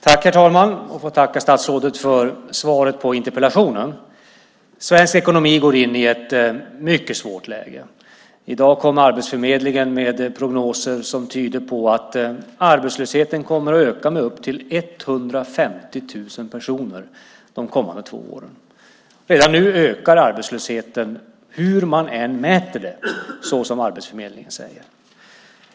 Herr talman! Jag får tacka statsrådet för svaret på interpellationen. Sveriges ekonomi går in i ett mycket svårt läge. I dag kom Arbetsförmedlingen med prognoser som tyder på att arbetslösheten kommer att öka med upp till 150 000 personer de kommande två åren. Redan nu ökar arbetslösheten hur man än mäter det, som Arbetsförmedlingen säger.